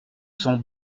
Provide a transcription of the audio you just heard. sont